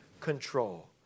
control